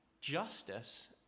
justice